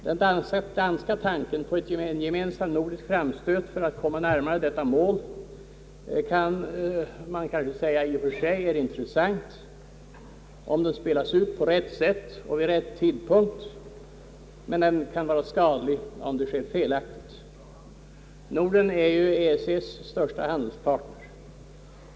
Den danska tanken på en gemensam nordisk framstöt för att komma närmare detta mål är kanske i och för sig intressant, om den spelas ut på rätt sätt och vid rätt tidpunkt, men den kan vara skadlig om den sker felaktigt. Norden är ju EEC:s stora handelspartner.